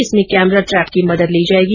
इसमे camera trap की मदद ली जाएगी